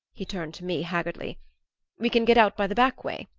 he turned to me haggardly we can get out by the back way?